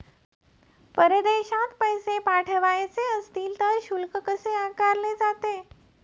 परदेशात पैसे पाठवायचे असतील तर शुल्क कसे आकारले जाते?